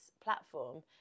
platform